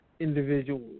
individuals